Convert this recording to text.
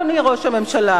אדוני ראש הממשלה,